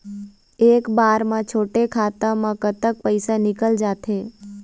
एक बार म छोटे खाता म कतक पैसा निकल जाथे?